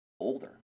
older